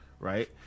Right